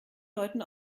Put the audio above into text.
deuten